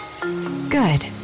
Good